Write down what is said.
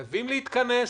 חייבים להתכנס,